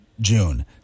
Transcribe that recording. June